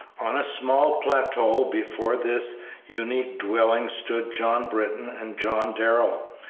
on a small plateau before this unique dwelling stood john britton and john darrell,